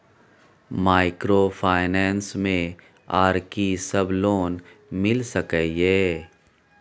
Microfinance मे आर की सब लोन मिल सके ये?